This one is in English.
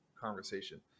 conversation